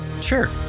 Sure